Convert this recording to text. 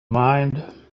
mind